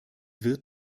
wird